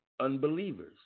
unbelievers